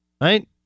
Right